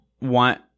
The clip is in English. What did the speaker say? want